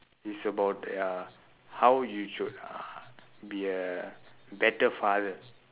is about ya how you should uh be a better father